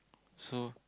so